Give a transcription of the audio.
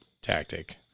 tactic